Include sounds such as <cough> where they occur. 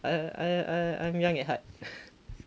I I I I'm young at heart <laughs>